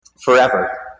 forever